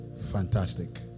Fantastic